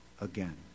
again